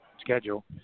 schedule